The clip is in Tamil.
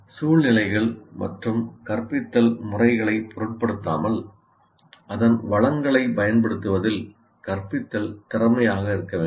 சூழ்நிலைகள் மற்றும் கற்பித்தல் முறைகளைப் பொருட்படுத்தாமல் அதன் வளங்களைப் பயன்படுத்துவதில் கற்பித்தல் திறமையாக இருக்க வேண்டும்